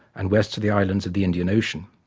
and west to the islands of the indian ocean.